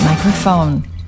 Microphone